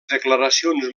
declaracions